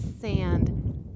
sand